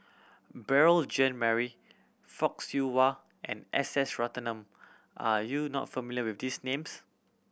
Beurel Jean Marie Fock Siew Wah and S S Ratnam are you not familiar with these names